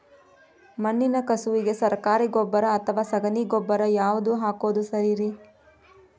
ಮಣ್ಣಿನ ಕಸುವಿಗೆ ಸರಕಾರಿ ಗೊಬ್ಬರ ಅಥವಾ ಸಗಣಿ ಗೊಬ್ಬರ ಯಾವ್ದು ಹಾಕೋದು ಸರೇರಿ?